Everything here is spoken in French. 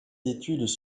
d’études